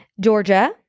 Georgia